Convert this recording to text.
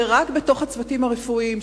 שרק בתוך הצוותים הרפואיים,